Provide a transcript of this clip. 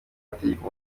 amategeko